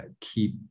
keep